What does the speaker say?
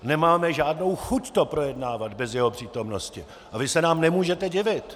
Nemáme žádnou chuť to projednávat bez jeho přítomnosti a vy se nám nemůžete divit.